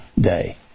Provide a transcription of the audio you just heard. day